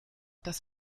das